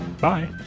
Bye